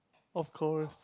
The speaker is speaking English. of course